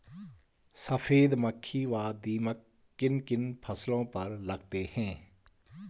सफेद मक्खी व दीमक किन किन फसलों पर लगते हैं?